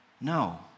No